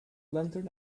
lantern